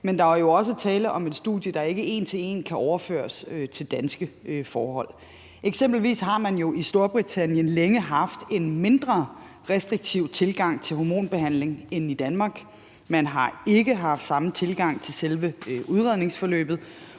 men der er jo også tale om et studie, der ikke en til en kan overføres til danske forhold. Eksempelvis har man jo i Storbritannien længe haft en mindre restriktiv tilgang til hormonbehandling end i Danmark. Man har ikke haft samme tilgang til selve udredningsforløbet,